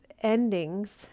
endings